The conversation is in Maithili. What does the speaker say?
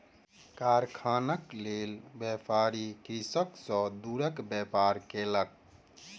कारखानाक लेल, व्यापारी कृषक सॅ तूरक व्यापार केलक